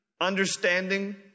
understanding